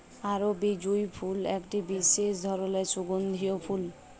আরবি জুঁই ফুল একটি বিসেস ধরলের সুগন্ধিও ফুল